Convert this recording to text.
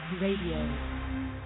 Radio